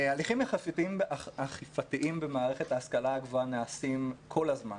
הליכם אכיפתיים במערכת ההשכלה הגבוהה נעשים כל הזמן.